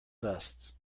dust